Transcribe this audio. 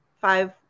five